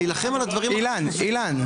אילן,